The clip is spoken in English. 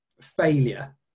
failure